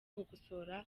gukosora